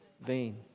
vain